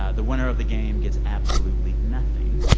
ah the winner of the game gets absolutely nothing.